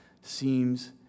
seems